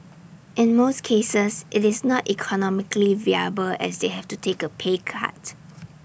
in most cases IT is not economically viable as they have to take A pay cut